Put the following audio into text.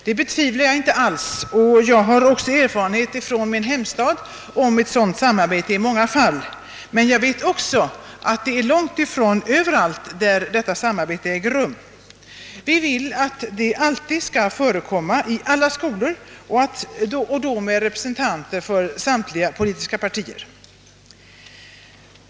Det betvivlar jag inte alls; jag har erfarenhet därav från min hemstad i många fall. Jag vet emellertid också att det långt ifrån är överallt ett samarbete äger rum. Vi vill att det skall förekomma i alla skolor och då med biträde av representanter för samtliga politiska partier.